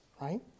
right